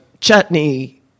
Chutney